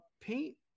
Paint